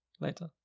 Later